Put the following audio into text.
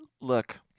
look